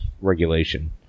regulation